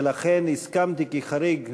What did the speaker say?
ולכן הסכמתי כחריג,